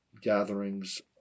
gatherings